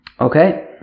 Okay